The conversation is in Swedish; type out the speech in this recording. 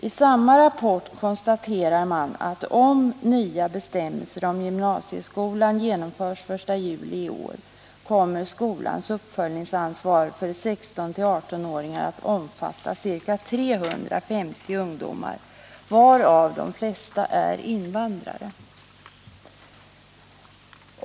I samma rapport konstaterar man, att om nya bestämmelser om gymnasieskolan införs den 1 juli i år, kommer skolans uppföljningsansvar för 16—18-åringar att omfatta ca 350 ungdomar, varav de flesta är invandrare.